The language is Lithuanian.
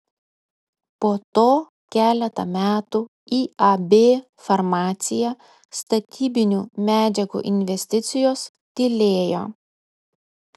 po to keletą metų iab farmacija statybinių medžiagų investicijos tylėjo